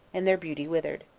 and their beauty withered.